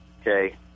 Okay